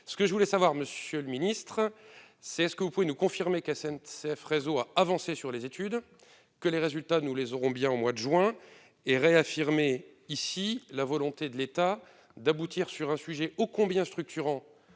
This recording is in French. ce que je voulais savoir, Monsieur le Ministre, c'est ce que vous pouvez nous confirmer qu'SNCF réseau a avancé sur les études que les résultats, nous les aurons bien au mois de juin et réaffirmer ici la volonté de l'État d'aboutir sur un sujet ô combien structurant